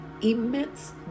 immense